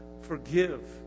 forgive